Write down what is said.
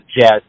jazz